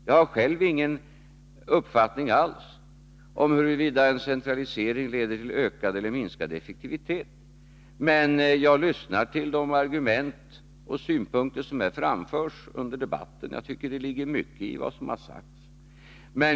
Jag har själv ingen uppfattning om huruvida en centralisering leder till en ökad eller minskad effektivitet, men jag lyssnar till de argument och synpunkter som framförs här under debatten. Jag tycker att det ligger mycket i vad som har sagts.